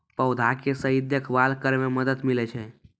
पौधा के सही देखभाल करै म मदद मिलै छै